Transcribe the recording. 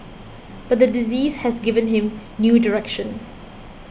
but the disease has given him new direction